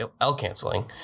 l-canceling